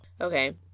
Okay